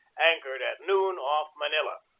anchored at noon off manila.